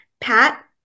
Pat